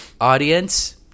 Audience